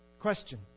Question